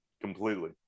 Completely